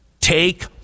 Take